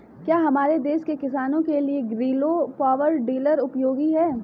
क्या हमारे देश के किसानों के लिए ग्रीलो पावर वीडर उपयोगी है?